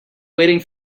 waiting